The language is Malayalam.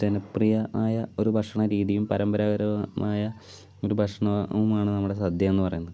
ജനപ്രിയമായ ഒരു ഭക്ഷണ രീതിയും പരമ്പരാഗതമായ ഒരു ഭക്ഷണവുമാണ് നമ്മുടെ സദ്യ എന്ന് പറയുന്നത്